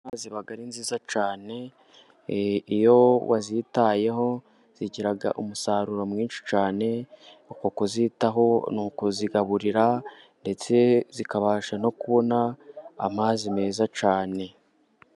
Inka ziba ari nziza cyane, iyo wazitayeho zigira umusaruro mwinshi cyane . Uko kuzitaho ni ukuzigaburira, ndetse zikabasha no kubona amazi meza cyane.